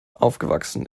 aufgewachsen